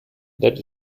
that